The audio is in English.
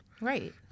Right